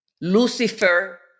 Lucifer